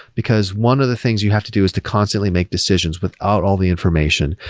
because one of the things you have to do is to constantly make decisions without all the information.